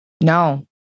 No